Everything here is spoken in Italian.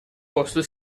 posto